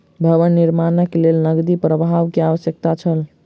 भवन निर्माणक लेल नकदी प्रवाह के आवश्यकता छल